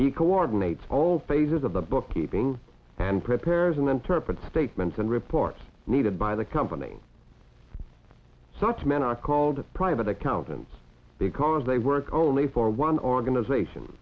he coordinates all phases of the bookkeeping and prepares an interpreter statements and reports needed by the company such men are called private accountants because they work only for one organization